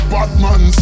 Batman